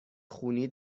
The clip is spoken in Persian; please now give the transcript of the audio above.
خونی